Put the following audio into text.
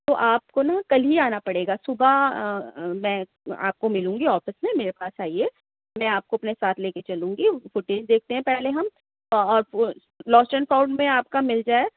تو آپ کو نہ کل ہی آنا پڑے گا صبح میں آپ کو مِلوں گی آفس میں میرے پاس آئیے میں آپ کو اپنے ساتھ لے کے چلوں گی فوٹیج دیکھتے ہیں پہلے ہم اور لاسٹ اینڈ فاؤنڈ میں آپ کا مِل جائے